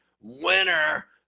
winner